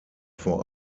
vor